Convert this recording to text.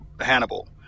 Hannibal